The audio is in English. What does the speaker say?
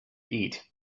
eat